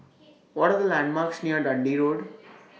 What Are The landmarks near Dundee Road